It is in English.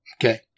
Okay